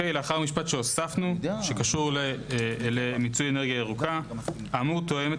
לאחר משפט שהוספנו שקשור למיצוי אנרגיה ירוקה האמור תואם את